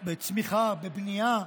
בצמיחה, בבנייה,